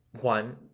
one